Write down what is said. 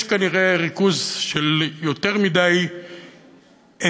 יש כנראה ריכוז של יותר מדי אווילות,